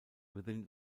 within